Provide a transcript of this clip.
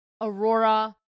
Aurora